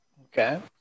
okay